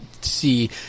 see